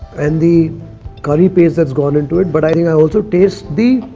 and the curry paste that's gone into it, but i think i also taste the.